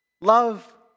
love